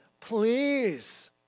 please